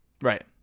Right